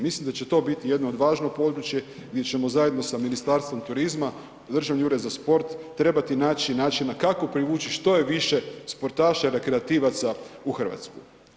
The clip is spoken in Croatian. Mislim da će to biti jedno od važnog područja gdje ćemo zajedno sa Ministarstvom turizma i Državnim uredom za sport trebati naći načina kako privući što je više sportaša rekreativaca u Hrvatsku.